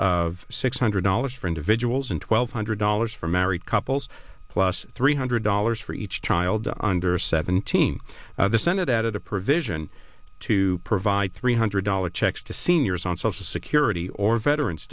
of six hundred dollars for individuals and twelve hundred dollars for married couples plus three hundred dollars for each child under seventeen the senate added a provision to provide three hundred dollars checks to seniors on social security or veterans